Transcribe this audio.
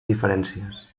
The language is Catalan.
diferències